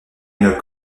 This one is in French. une